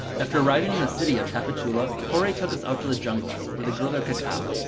after arriving in the city of tapachula, jorge took us out to the jungles where they grow their cacao.